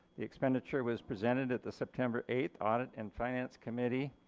the expenditure was presented at the september eighth audit and finance committee,